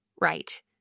Right